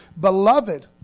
Beloved